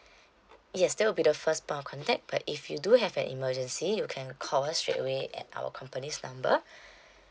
yes that will be the first point of contact but if you do have an emergency you can call us straight away at our company's number